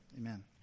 amen